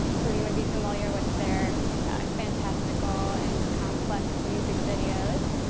who you may be familiar with their fantastical and complex music videos.